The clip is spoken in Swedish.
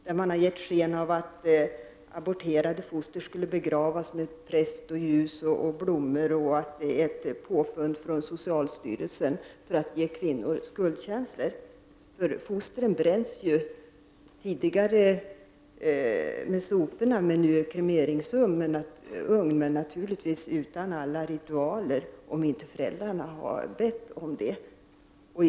Man har där gett sken av att aborterade foster skulle begravas med präst, ljus och blommor och att det är ett påfund från socialstyrelsen för att ge kvinnorna skuldkänslor. Fostren bränns. Tidigare skedde det med soporna, men i dag sker det i kremeringsugnar. Det görs naturligtvis utan alla ritualer, om inte föräldrarna har bett om det.